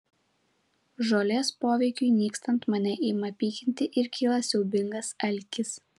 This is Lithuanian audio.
žolės poveikiui nykstant mane ima pykinti ir kyla siaubingas alkis